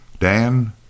Dan